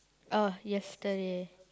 ah yesterday